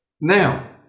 now